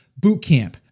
bootcamp